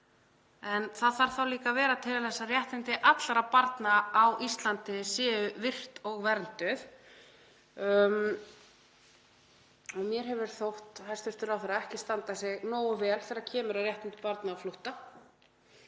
En það þarf þá líka að vera til þess að réttindi allra barna á Íslandi séu virt og vernduð. Mér hefur ekki þótt hæstv. ráðherra standa sig nógu vel þegar kemur að réttindum barna á flótta.